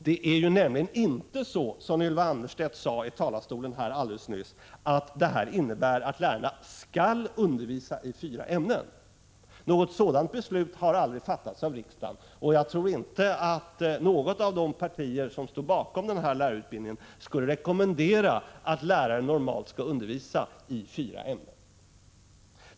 Detta innebär nämligen inte — som Ylva Annerstedt alldeles nyss försökte göra gällande — att lärarna skall undervisa i fyra ämnen. Något sådant beslut har aldrig fattats av riksdagen. Jag tror inte att något av de partier som står bakom förslaget till denna lärarutbildning skulle rekommendera att lärare normalt skall undervisa i fyra ämnen.